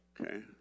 Okay